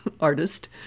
artist